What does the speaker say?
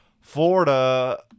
Florida